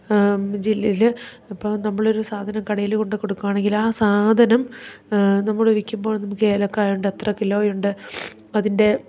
ജില്ലയിൽ അപ്പം നമ്മളൊരു സാധനം കടയിൽ കൊണ്ടു കൊടുക്കുകയാണെങ്കിൽ ആ സാധനം നമ്മൾ വിൽക്കുമ്പോൾ നമുക്ക് ഏലക്കായുണ്ട് എത്ര കിലോയുണ്ട് അതിൻ്റെ